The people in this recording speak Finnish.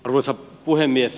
arvoisa puhemies